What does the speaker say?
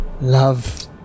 love